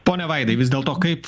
ponia vaidai vis dėlto kaip